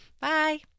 Bye